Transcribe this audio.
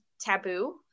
taboo